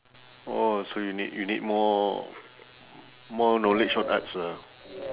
orh so you need you need more more knowledge on arts lah